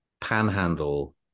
panhandle